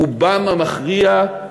רובם המכריע,